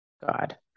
god